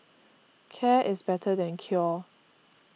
care is better than cure